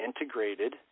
integrated